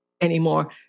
anymore